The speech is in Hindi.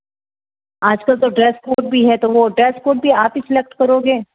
आजकल तो ड्रेस कोड भी है तो वो ड्रेस कोड भी आप ही सिलेक्ट करोगे